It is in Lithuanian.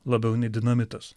labiau nei dinamitas